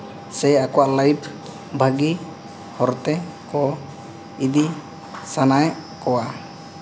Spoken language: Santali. ᱥᱮ ᱟᱠᱚᱣᱟᱜ ᱞᱟᱭᱤᱯ ᱵᱷᱟᱹᱜᱤ ᱦᱚᱨ ᱛᱮᱠᱚ ᱤᱫᱤ ᱥᱟᱱᱟᱭᱮᱫ ᱠᱚᱣᱟ